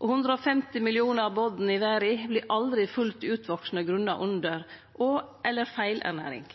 og 150 millionar born i verda vert aldri fullt utvaksne grunna under- og/eller feilernæring.